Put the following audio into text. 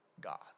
God